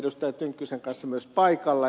tynkkysen kanssa myös paikalla